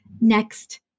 next